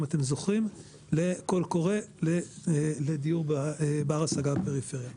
אם אתם זוכרים לקול קורא לדיור בר השגה בפריפריה.